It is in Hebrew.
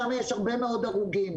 שם יש הרבה מאוד הרוגים.